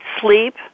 sleep